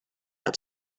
out